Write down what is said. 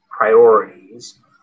Priorities